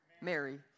Mary